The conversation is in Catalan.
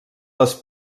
les